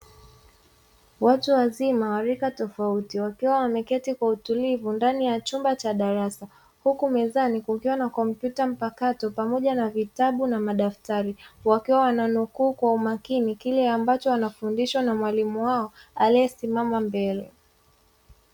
Watu wazima wa rika tofauti wakiwa wameketi kwa utulivu ndani ya chumba cha darasa huku mezani kukiwa na kompyuta mpakato pamoja na vitabu na madaftari wakiwa wananukuu kwa umakini kile ambacho wanafundishwa na mwalimu wao aliyesimama mbele.